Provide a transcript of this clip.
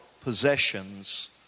possessions